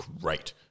Great